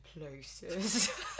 places